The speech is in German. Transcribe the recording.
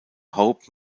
hope